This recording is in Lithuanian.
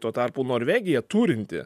tuo tarpu norvegija turinti